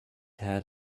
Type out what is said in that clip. had